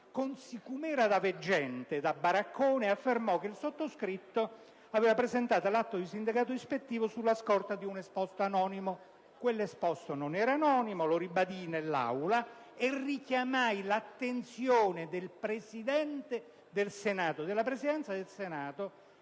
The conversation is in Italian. con sicumera da veggente, da baraccone, affermò che il sottoscritto aveva presentato l'atto di sindacato ispettivo sulla scorta di un esposto anonimo. Quell'esposto non era anonimo, lo ribadii in Aula, dove richiamai l'attenzione della Presidenza del Senato